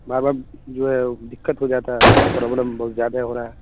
بار بار جو ہے دقت ہو جاتا ہے پروبلم بہت زیادہ ہو رہا ہے